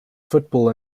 football